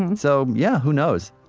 and so yeah, who knows?